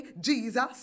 Jesus